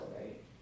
right